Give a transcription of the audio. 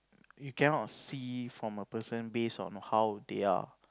you cannot see from a person based on how they are